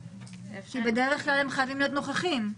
כי בדרך כלל הם חייבים להיות נוכחים.